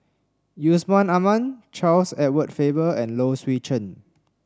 Yusman Aman Charles Edward Faber and Low Swee Chen